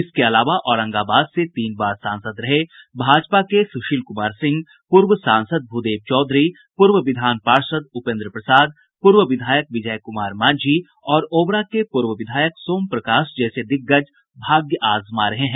इसके अलावा औरंगाबाद से तीन बार सांसद रहे भाजपा के सुशील कुमार सिंह पूर्व सांसद भूदेव चौधरी पूर्व विधान पार्षद् उपेंद्र प्रसाद पूर्व विधायक विजय कुमार मांझी और ओबरा के पूर्व विधायक सोम प्रकाश जैसे दिग्गज भाग्य आजमा रहे हैं